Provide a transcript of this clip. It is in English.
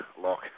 Lock